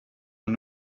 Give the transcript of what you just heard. man